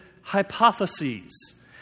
hypotheses